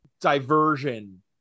diversion